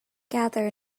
gather